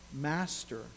master